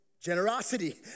generosity